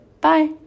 Bye